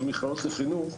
ומכללות לחינוך,